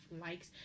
likes